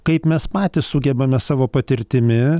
kaip mes patys sugebame savo patirtimi